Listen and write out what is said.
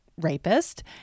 rapist